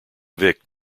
vic